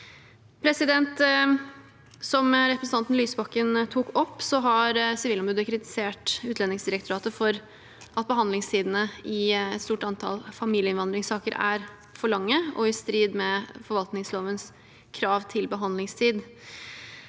Som representanten Lysbakken tok opp, har Sivilombudet kritisert Utlendingsdirektoratet for at behandlingstidene i et stort antall familieinnvandringssaker er for lange og i strid med forvaltningslovens krav til behandlingstid.